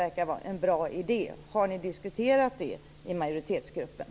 Har ni diskuterat det i majoritetsgruppen?